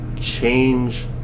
change